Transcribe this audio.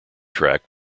track